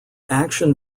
action